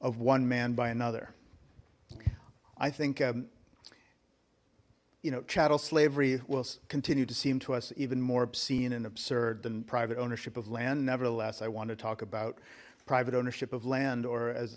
of one man by another i think you know chattel slavery will continue to seem to us even more obscene and absurd than private ownership of land nevertheless i want to talk about private ownership of land or as